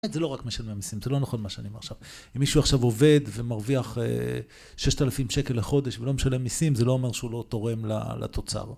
זה לא רק משלם המסים, זה לא נכון מה שאני אומר עכשיו. אם מישהו עכשיו עובד ומרוויח 6,000 שקל לחודש ולא משלם מסים, זה לא אומר שהוא לא תורם לתוצר.